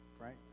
right